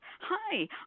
hi